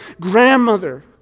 grandmother